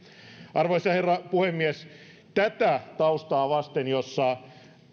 arvoisa herra puhemies tätä taustaa vasten jossa